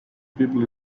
people